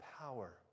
power